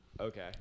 Okay